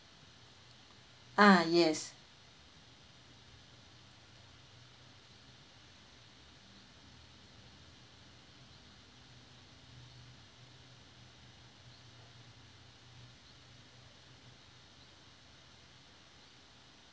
ah yes